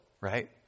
right